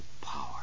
power